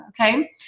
okay